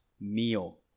meal